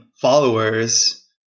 followers